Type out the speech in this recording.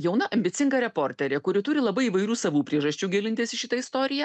jauna ambicinga reporterė kuri turi labai įvairių savų priežasčių gilintis į šitą istoriją